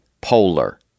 polar